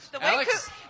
Alex